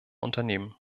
unternehmen